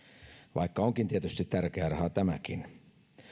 vaikka on tietysti tärkeä raha tämäkin